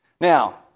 Now